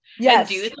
Yes